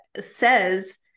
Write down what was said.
says